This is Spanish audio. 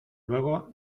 luego